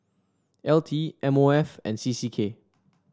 L T M O F and C C K